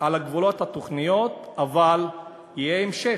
על הגבולות, אבל יהיה המשך.